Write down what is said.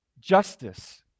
justice